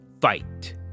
Fight